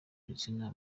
ibitsina